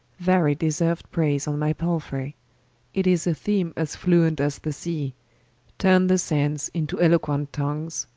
varie deserued prayse on my palfray it is a theame as fluent as the sea turne the sands into eloquent tongues,